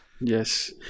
Yes